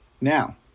Now